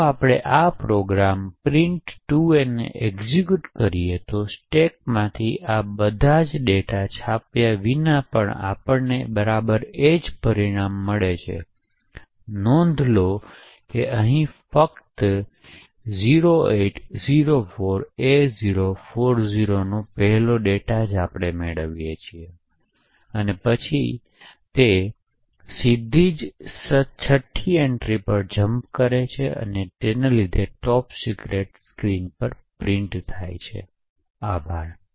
જો આપણે આ પ્રોગ્રામ print2a ને એક્ઝેક્યુટ કરીએ તો સ્ટેકમાંથી આ બધા મધ્યવર્તી ડેટા છાપ્યા વિના આપણને બરાબર એ જ પરિણામ મળે છે તો નોંધ લો કે અહીં આપણે ફક્ત 0804a040 નો પહેલો ડેટા મેળવીએ છીએ અને પછી તે સીધી જ તે 6th એન્ટ્રી પર જંપ કરે છે તેના લીધે top secret સ્ક્રીન પર પ્રિન્ટ થાય છે આભાર